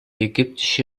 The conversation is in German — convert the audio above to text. ägyptische